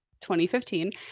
2015